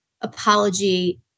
apology